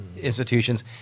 institutions